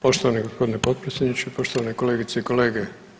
Poštovani gospodine potpredsjedniče, poštovane kolegice i kolege.